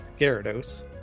Gyarados